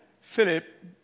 Philip